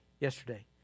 yesterday